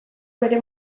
bere